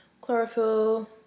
chlorophyll